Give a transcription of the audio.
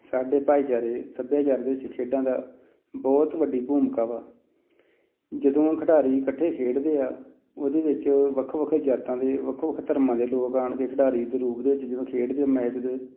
ਸਾਡੇ ਭਾਈਚਾਰੇ ਸੱਭਿਆਚਾਰ ਦੇ ਵਿੱਚ ਖੇਡਾਂ ਦਾ ਬਹੁਤ ਵੱਡੀ ਭੂਮਿਕਾ ਵਾ ਜਦੋਂ ਖਿਡਾਰੀ ਇਕੱਠੇ ਖੇਡਦੇ ਆ ਉਹਦੇ ਵਿੱਚ ਵੱਖੋ ਵੱਖ ਜਾਤਾਂ ਦੇ ਵੱਖੋ ਵੱਖ ਧਰਮਾਂ ਦੇ ਲੋਕ ਆਣਗੇ ਖਿਡਾਰੀ ਦੇ ਰੂਪ ਦੇ ਵਿੱਚ ਜਦੋਂ ਖੇਡਦੇ ਮੈਚ ਦੇ